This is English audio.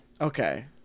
Okay